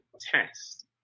test